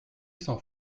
sans